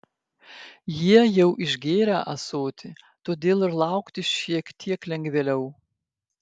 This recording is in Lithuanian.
jie jau išgėrę ąsotį todėl ir laukti šiek tiek lengvėliau